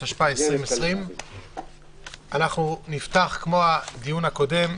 התשפ"א 2020. אנחנו נפתח כמו בדיון הקודם,